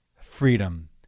freedom